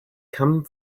come